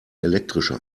elektrische